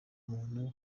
muntu